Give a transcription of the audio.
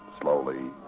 slowly